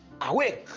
awake